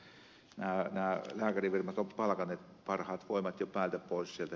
nämä lääkärifirmat ovat palkanneet parhaat voimat jo päältä pois sieltä